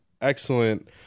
excellent